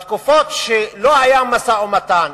בתקופות שלא היה משא-ומתן,